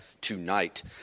tonight